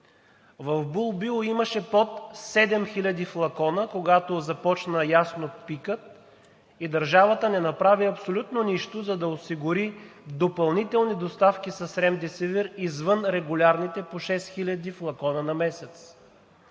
В „Бул Био“ имаше под 7 хиляди флакона, когато започна ясно пикът и държавата не направи абсолютно нищо, за да осигури допълнителни доставки с ремдесивир извън регулярните по 6 хиляди флакона на месец.